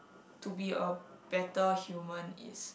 to be a better human is